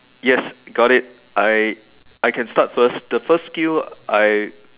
yes got it I I can start first the first skill I